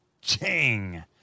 ching